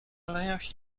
alejach